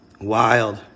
Wild